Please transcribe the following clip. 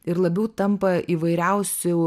ir labiau tampa įvairiausių